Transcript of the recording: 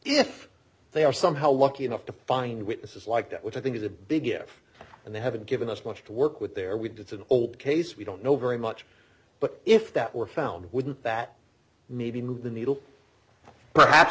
if they are somehow lucky enough to find witnesses like that which i think is a big give and they haven't given us much to work with they're with it's an old case we don't know very much but if that were found wouldn't that maybe move the needle perhaps